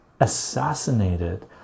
assassinated